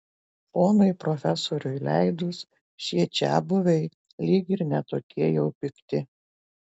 ponui profesoriui leidus šie čiabuviai lyg ir ne tokie jau pikti